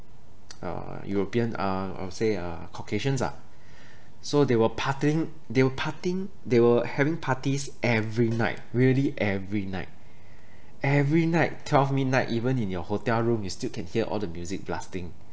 uh european uh I would say uh caucasians ah so they were partying they were partying they were having parties every night really every night every night twelve midnight even in your hotel room you still can hear all the music blasting